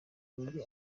muri